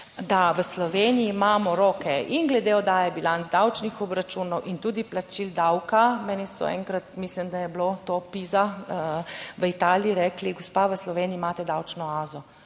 da v Sloveniji imamo roke in glede oddaje bilanc, davčnih obračunov in tudi plačil davka. Meni so enkrat, mislim, da je bilo to PISA v Italiji, rekli, gospa, v Sloveniji imate davčno oazo.